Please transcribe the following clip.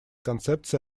концепции